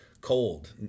cold